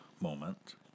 moment